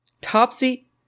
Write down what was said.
topsy